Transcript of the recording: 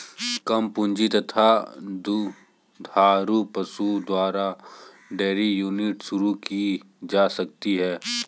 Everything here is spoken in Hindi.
कम पूंजी तथा दो दुधारू पशु द्वारा डेयरी यूनिट शुरू की जा सकती है